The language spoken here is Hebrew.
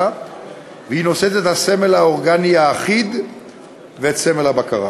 והיא נושאת את הסמל האורגני האחיד ואת סמל הבקרה".